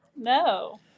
No